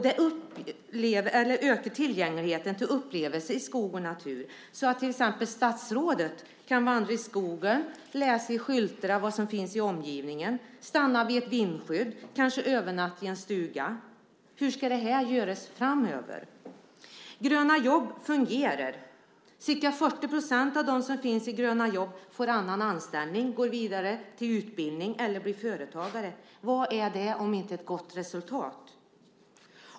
Det ökar tillgängligheten till upplevelser i skog och natur så att till exempel statsrådet kan vandra i skogen, läsa på skyltar vad som finns i omgivningen, stanna vid ett vindskydd och kanske övernatta i en stuga. Hur ska detta göras framöver? Gröna jobb fungerar. Ca 40 % av dem som finns i Gröna jobb får annan anställning, går vidare till utbildning eller blir företagare. Vad är det om inte ett gott resultat?